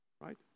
right